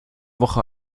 woche